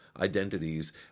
identities